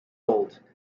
old